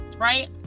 right